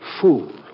fool